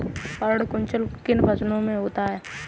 पर्ण कुंचन किन फसलों में होता है?